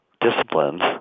disciplines